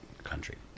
country